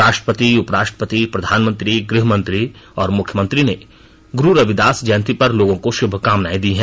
राष्ट्रपति उपराष्ट्रपति प्रधानमंत्री गृहमंत्री और मुख्यमंत्री ने गुरु रविदास जयंती पर लोगों को शुभकामनाएं दी हैं